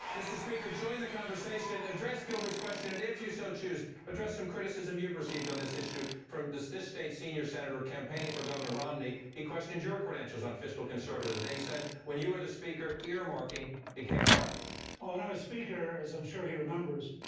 mr. speaker, join the conversation. address gilbert's question and if you so choose, address some criticism you've received on this issue from this this state's senior senator campaigning for governor romney. he questioned your credentials on fiscal conservatism. he said when you were the speaker, earmarking became an art. gingrich well when i was speaker, as i'm sure he remembers,